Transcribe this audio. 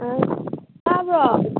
ꯇꯥꯕ꯭ꯔꯣ